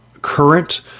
current